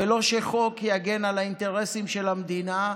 ולא שחוק יגן על האינטרסים של המדינה,